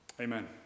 Amen